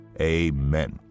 Amen